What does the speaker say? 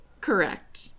Correct